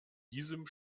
diesem